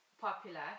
popular